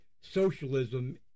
socialism